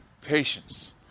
patience